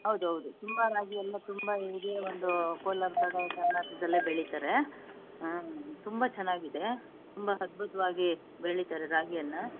ಹೌದ್ ಹೌದು ತುಂಬ ರಾಗಿ ಎಲ್ಲ ತುಂಬ ಇದೆ ಒಂದು ಕೋಲಾರ ಕಡೆ ಕರ್ನಾಟಕದಲ್ಲೇ ಬೆಳೀತಾರೆ ತುಂಬ ಚೆನ್ನಾಗಿದೆ ತುಂಬ ಅದ್ಭುತವಾಗಿ ಬೆಳೀತಾರೆ ರಾಗಿಯನ್ನು